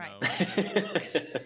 Right